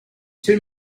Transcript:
two